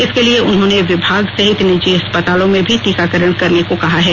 इसके लिए उन्होंने विभाग सहित निजी अस्पतालों में भी टीकाकरण करने को कहा है